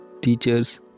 teachers